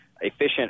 efficient